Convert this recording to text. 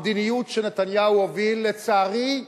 המדיניות שנתניהו הוביל, לצערי,